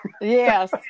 yes